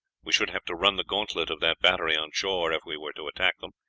we should have to run the gantlet of that battery on shore if we were to attack them,